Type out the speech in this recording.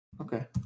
Okay